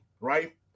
right